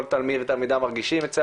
כל תלמיד ולתלמידה מרגישים.